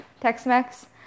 Tex-Mex